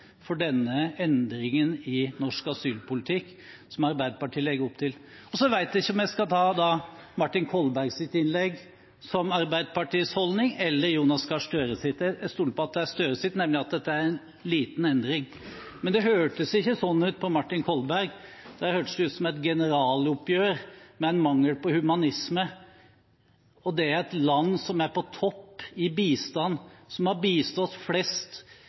for den endringen av norsk asylpolitikk som Arbeiderpartiet legger opp til. Jeg vet ikke om jeg skal se på Martin Kolbergs innlegg eller Jonas Gahr Støres innlegg som uttrykk for Arbeiderpartiets holdning. Jeg stoler på at det er Gahr Støres, nemlig at dette er en liten endring. Men det hørtes ikke sånn ut på Martin Kolberg. På ham hørtes det ut som et generaloppgjør med en mangel på humanisme – og det i et land som er på topp i bistand, som har bistått flest